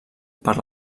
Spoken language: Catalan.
per